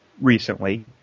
recently